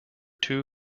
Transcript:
two